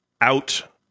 out